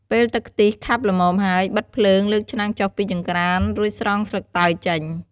ពេលទឹកខ្ទិះខាប់ល្មមហើយ បិទភ្លើង លើកឆ្នាំងចុះពីចង្ក្រាន រួចស្រង់ស្លឹកតើយចេញ។